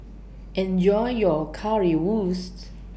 Enjoy your Currywurst